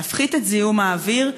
להפחית את זיהום האוויר,